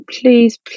please